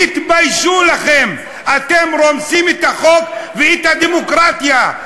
תתביישו לכם, אתם רומסים את החוק ואת הדמוקרטיה.